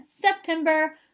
September